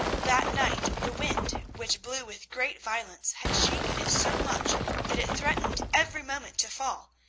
that night the wind, which blew with great violence, had shaken it so much that it threatened every moment to fall,